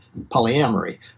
polyamory